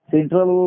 Central